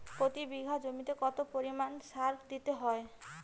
প্রতি বিঘা জমিতে কত পরিমাণ সার দিতে হয়?